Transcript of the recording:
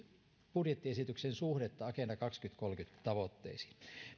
budjettiesityksen suhdetta agenda kaksituhattakolmekymmentä tavoitteisiin